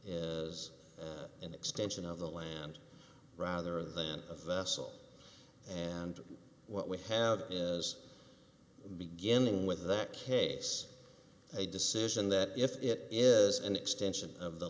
is an extension of the land rather than a vessel and what we have is beginning with that case a decision that if it is an extension of the